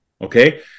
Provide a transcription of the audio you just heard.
okay